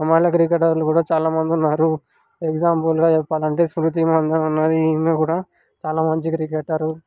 అమ్మాయిల క్రికెటర్లు కూడా చాలా మంది ఉన్నారు ఎగ్జాంపుల్గా చెప్పాలంటే స్మృతి మందన్న ఈమె కూడా చాలా మంచి క్రికెటర్